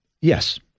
Yes